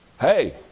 hey